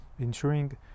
Ensuring